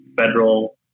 federal